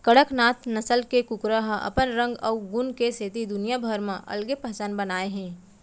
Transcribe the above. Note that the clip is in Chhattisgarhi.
कड़कनाथ नसल के कुकरा ह अपन रंग अउ गुन के सेती दुनिया भर म अलगे पहचान बनाए हे